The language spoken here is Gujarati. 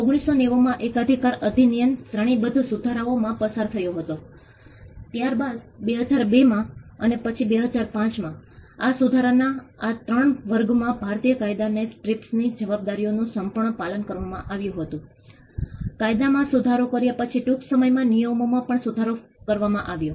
અમે ત્યાં જમીનનો ઉપયોગ ડેટા રહેણાંક વ્યવસાયિક જાહેર રમતનું મેદાન ઇન્ફ્રાસ્ટ્રક્ચર કયા છે તે ઇન્ફ્રાસ્ટ્રક્ચર્સ ડોક્ટરો ક્લિનિક સમુદાય શૌચાલય સમુદાય નળ શાળા ત્યાંથી શરૂ કરીને ઘણા બધા ડેટા એકત્રિત કર્યા